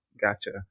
Gotcha